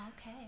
Okay